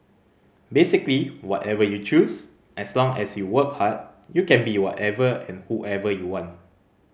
basically whatever you choose as long as you work hard you can be whatever and whoever you want